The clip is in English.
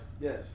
Yes